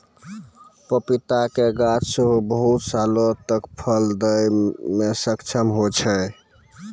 पपीता के गाछ सेहो बहुते सालो तक फल दै मे सक्षम होय छै